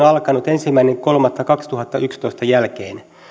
on alkanut ensimmäinen kolmatta kaksituhattayksitoista jälkeen